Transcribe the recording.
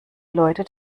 leute